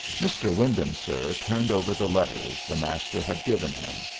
mr. wyndham, sir, turned over the letters the master had given him.